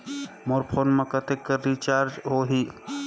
मोर phone मा कतेक कर रिचार्ज हो ही?